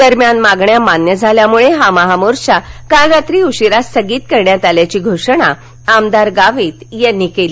दरम्यान मागण्या मान्य झाल्यामुळं महामोर्चा काल रात्री उशिरा स्थगित करण्यात आल्याची घोषणा आमदार गावित यांनी केली